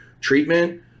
treatment